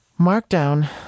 Markdown